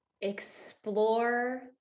explore